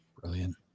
Brilliant